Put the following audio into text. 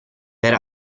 per